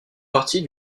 partie